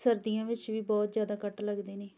ਸਰਦੀਆਂ ਵਿੱਚ ਵੀ ਬਹੁਤ ਜ਼ਿਆਦਾ ਕੱਟ ਲੱਗਦੇ ਨੇ